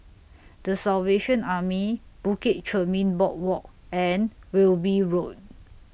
The Salvation Army Bukit Chermin Boardwalk and Wilby Road